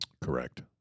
Correct